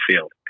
Field